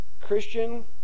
Christian